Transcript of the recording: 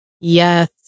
Yes